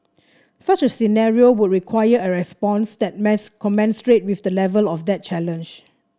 such a scenario would require a response that commensurate with the level of that challenge